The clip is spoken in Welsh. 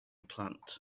plant